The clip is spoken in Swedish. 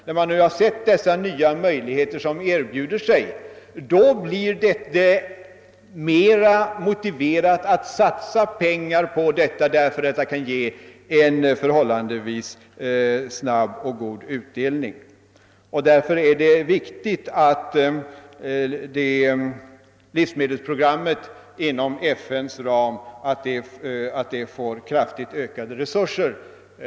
När man sett dessa nya möjligheter som erbjuder sig, blir det mera motiverat att satsa pengar på dessa, därför att ett sådant satsande kan ge en förhållandevis snabb och god utdelning. Av den anledningen är det angeläget att livsmedelsprogrammet inom FN:s ram får kraftigt ökade resurser.